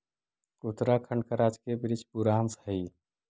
उत्तराखंड का राजकीय वृक्ष बुरांश हई